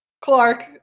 Clark